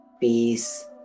peace